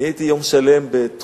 אני הייתי יום שלם בתחושה,